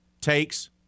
takes